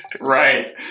Right